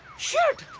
shit.